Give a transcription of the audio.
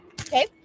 Okay